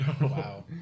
wow